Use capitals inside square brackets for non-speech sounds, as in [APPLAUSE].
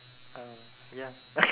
uh ya [NOISE]